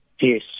Yes